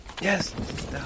Yes